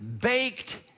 baked